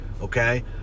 okay